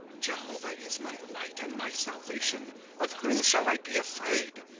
jehovah is my light and my salvation of whom shall i be afraid?